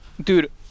dude